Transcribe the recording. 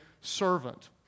servant